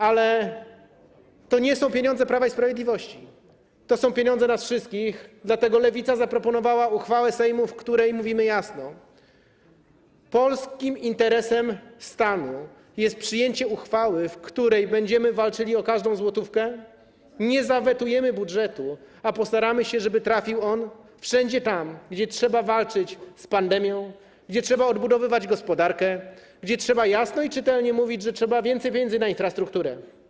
Ale to nie są pieniądze Prawa i Sprawiedliwości, to są pieniądze nas wszystkich, dlatego Lewica zaproponowała uchwałę Sejmu, w której mówimy jasno: polskim interesem stanu jest przyjęcie uchwały, w której będziemy walczyli o każdą złotówkę, nie zawetujemy budżetu, a postaramy się, żeby środki trafiły wszędzie tam, gdzie trzeba walczyć z pandemią, gdzie trzeba odbudowywać gospodarkę, gdzie trzeba jasno i czytelnie mówić, że trzeba więcej pieniędzy na infrastrukturę.